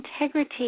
integrity